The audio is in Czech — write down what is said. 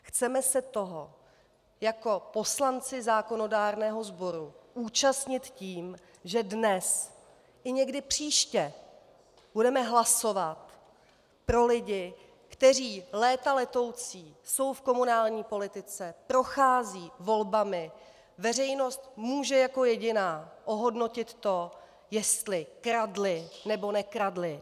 Chceme se toho jako poslanci zákonodárného sboru účastnit tím, že dnes i někdy příště budeme hlasovat pro lidi, kteří léta letoucí jsou v komunální politice, procházejí volbami, veřejnost může jako jediná ohodnotit to, jestli kradli, nebo nekradli.